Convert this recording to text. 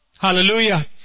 Hallelujah